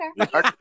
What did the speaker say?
Okay